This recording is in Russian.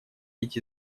эти